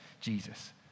Jesus